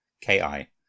K-I